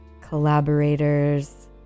collaborators